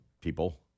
people